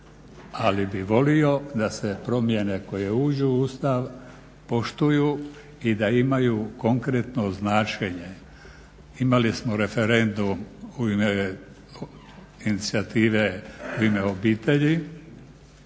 Ali bi volio da se promjene koje uđu u Ustav poštuju i da imaju konkretno značenje. Imali smo referendum u inicijative U ime obitelji,